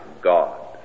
God